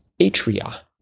atria